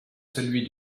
celui